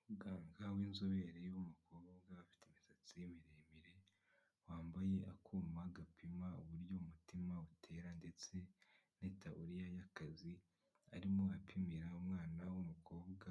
Umuganga w'inzobere w'umukobwa ufite imisatsi miremire, wambaye akuma gapima uburyo umutima utera ndetse n'itawuriya y'akazi, arimo apimira umwana w'umukobwa